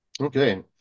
Okay